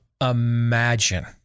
imagine